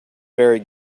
very